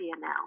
now